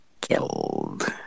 killed